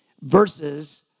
verses